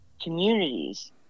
communities